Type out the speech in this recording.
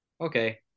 Okay